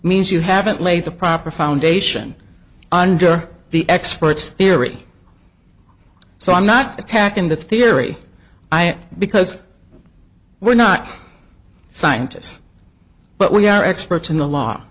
means you haven't laid the proper foundation under the experts theory so i'm not attacking the theory i have because we're not scientists but we are experts in the law